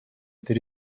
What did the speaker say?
этой